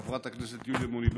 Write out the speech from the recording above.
חברת הכנסת יוליה מלינובסקי,